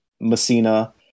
Messina